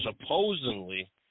supposedly